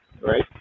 right